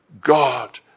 God